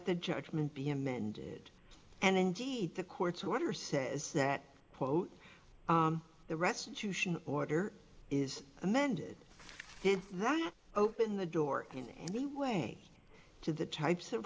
the judgment be amended and indeed the court's order says that quote the restitution order is amended right open the door in any way to the types of